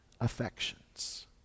affections